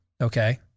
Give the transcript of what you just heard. okay